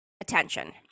attention